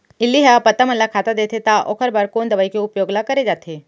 इल्ली ह पत्ता मन ला खाता देथे त ओखर बर कोन दवई के उपयोग ल करे जाथे?